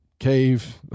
Cave